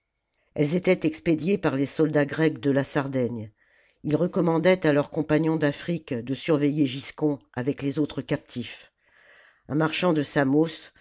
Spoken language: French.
elles étaient expédiées par les soldats grecs de la sardaigne ils recommandaient à leurs compagnons d'afrique de surveiller giscon avec les autres captifs un marchand de samos